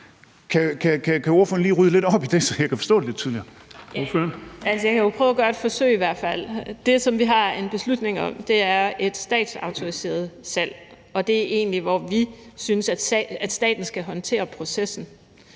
Ordføreren. Kl. 16:22 Karina Lorentzen Dehnhardt (SF): Jeg kan jo prøve at gøre et forsøg i hvert fald. Det, som vi har en beslutning om, er et statsautoriseret salg, og det er egentlig der, vi synes at staten skal håndtere processen.